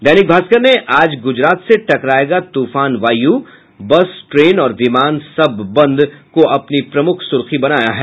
दैनिक भास्कर ने आज गुजरात से टकरायेगा तूफान वायु बस ट्रेन और विमान सब बंद को अपनी प्रमुख सुर्खी बनाया है